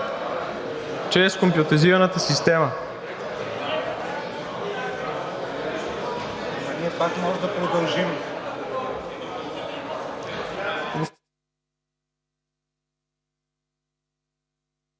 чрез компютризираната система.